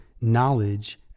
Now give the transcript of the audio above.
knowledge